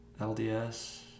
LDS